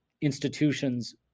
institutions